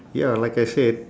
ya like I said